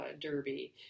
Derby